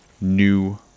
new